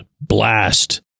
blast